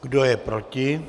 Kdo je proti?